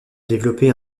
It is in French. développer